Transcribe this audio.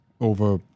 over